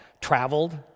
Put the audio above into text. traveled